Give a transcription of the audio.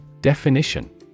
Definition